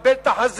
לכבד את החזיר,